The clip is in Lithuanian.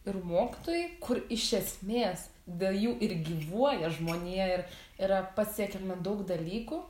ir mokytojai kur iš esmės dėl jų ir gyvuoja žmonija ir yra pasiekiama daug dalykų